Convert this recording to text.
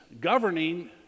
governing